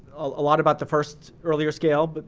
a lot about the first earlier scale, but